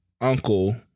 uncle